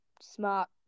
smart